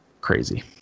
Crazy